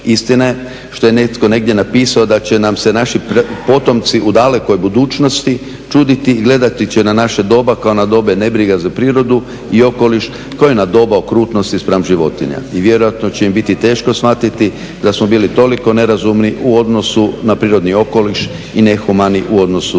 Istina je što je netko negdje napisao da će nam se naši potomci u dalekoj budućnosti čuditi i gledati će na naše doba kao na doba ne brige za prirodu i okoliš, kao i na doba okrutnosti spram životinja. I vjerojatno će im biti teško shvatiti da smo bili toliko nerazumni u odnosu na prirodni okoliš i nehumani u odnosu